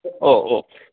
O ഓ